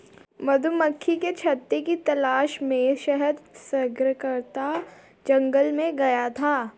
मधुमक्खी के छत्ते की तलाश में शहद संग्रहकर्ता जंगल में गया था